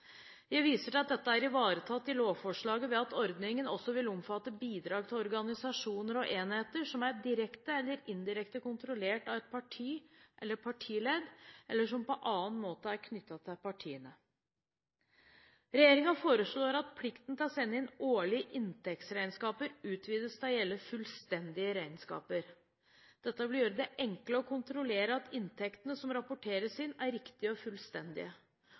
Jeg viser til at dette er ivaretatt i lovforslaget ved at ordningen også vil omfatte bidrag til organisasjoner og enheter som er direkte eller indirekte kontrollert av et parti eller partiledd, eller som på annen måte er knyttet til partiene. Regjeringen foreslår at plikten til å sende inn årlige inntektsregnskaper utvides til å gjelde fullstendige regnskaper. Dette vil gjøre det enklere å kontrollere at inntektene som rapporteres inn, er riktige og fullstendige.